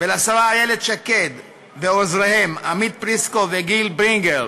ולשרה איילת שקד ועוזריהם עמית פרסיקו וגיל ברינגר,